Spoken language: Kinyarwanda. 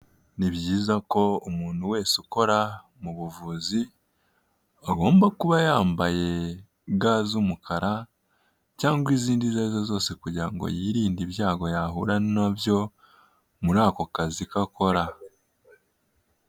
Ni byiza ko umuntu wese ukora mu buvuzi, agomba kuba yambaye ga z'umukara cyangwa izindi izo ari zo zose kugira ngo yirinde ibyago yahura nabyo, muri ako kazi ke akora.